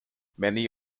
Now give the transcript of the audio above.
many